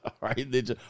right